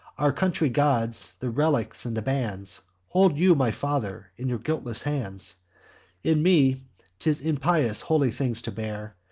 our country gods, the relics, and the bands, hold you, my father, in your guiltless hands in me t is impious holy things to bear,